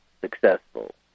successful